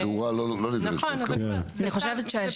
בתאורה לא נדרשת הסכמה.